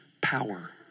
power